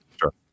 Sure